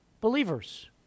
believers